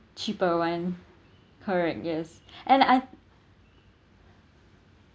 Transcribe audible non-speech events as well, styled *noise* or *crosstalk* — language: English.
cheaper one correct yes *breath* and I